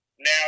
Now